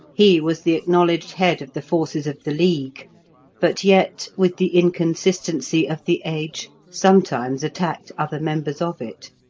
he was the acknowledged head of the forces of the league but yet, with the inconsistency of the age, sometimes attacked other members of it.